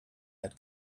had